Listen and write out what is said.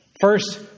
First